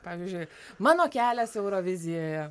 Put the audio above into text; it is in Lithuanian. pavyzdžiui mano kelias eurovizijoje